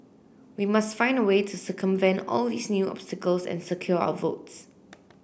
we must find a way to circumvent all these new obstacles and secure our votes